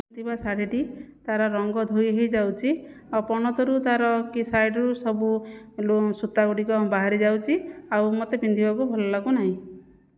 ଥିବା ଶାଢ଼ୀଟି ତା'ର ରଙ୍ଗ ଧୋଇ ହୋଇଯାଉଛି ଆଉ ପଣତରୁ ତା'ର କି ସାଇଡ଼୍ରୁ ସବୁ ସୂତାଗୁଡ଼ିକ ବାହାରିଯାଉଛି ଆଉ ମୋତେ ପିନ୍ଧିବାକୁ ଭଲ ଲାଗୁନାହିଁ